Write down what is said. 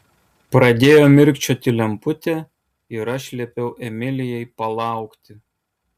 pradėjo mirkčioti lemputė ir aš liepiau emilijai palaukti